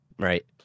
Right